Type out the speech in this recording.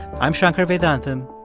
i'm shankar vedantam.